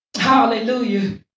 hallelujah